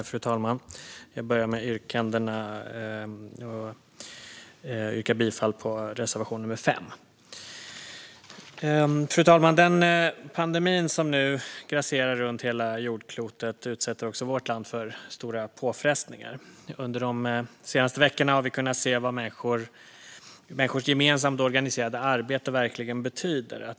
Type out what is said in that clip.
Fru talman! Jag börjar med att yrka bifall till reservation nr 5. Fru talman! Den pandemi som nu grasserar runt hela jordklotet utsätter också vårt land för stora påfrestningar. Under de senaste veckorna har vi sett vad människors gemensamt organiserade arbete verkligen betyder.